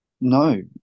No